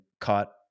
caught